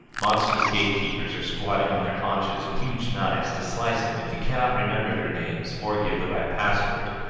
monstrous gatekeepers are squatting on their haunches with huge knives to slice him if he cannot remember their names or give the right password,